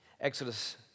Exodus